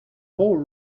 whole